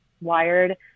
wired